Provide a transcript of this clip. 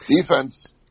Defense